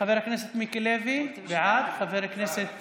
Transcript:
חבר הכנסת מיקי לוי, בעד, חבר הכנסת